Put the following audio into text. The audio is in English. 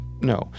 no